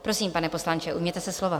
Prosím, pane poslanče, ujměte se slova.